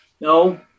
No